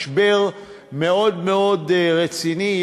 משבר מאוד מאוד רציני.